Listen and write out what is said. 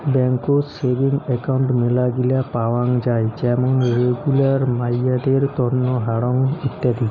বেংকত savings account মেলাগিলা পাওয়াং যাই যেমন রেগুলার, মাইয়াদের তন্ন, হারং ইত্যাদি